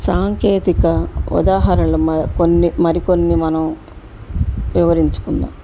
సాంకేతికత ఉదాహరణలు మ కొన్ని మరి కొన్ని మనం వివరించుకుందాం